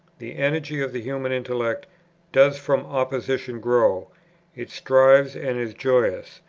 the energy of the human intellect does from opposition grow it thrives and is joyous,